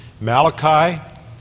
Malachi